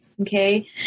Okay